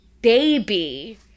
Baby